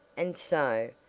and so,